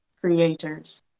creators